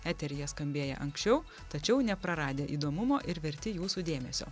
eteryje skambėję anksčiau tačiau nepraradę įdomumo ir verti jūsų dėmesio